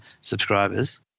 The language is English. subscribers